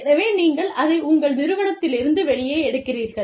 எனவே நீங்கள் அதை உங்கள் நிறுவனத்திலிருந்து வெளியே எடுக்கிறீர்கள்